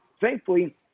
thankfully